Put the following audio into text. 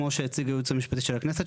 כמו שהציג הייעוץ המשפטי של הכנסת,